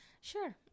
Sure